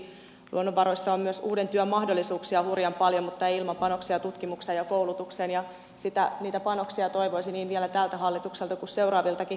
luonnonvaroissa on myös uuden työn mahdollisuuksia hurjan paljon mutta ei ilman panoksia tutkimukseen ja koulutukseen ja niitä panoksia toivoisin vielä niin tältä hallitukselta kuin seuraaviltakin hallituksilta